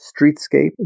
streetscape